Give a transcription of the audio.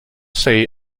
say